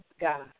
God